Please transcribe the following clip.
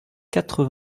quatre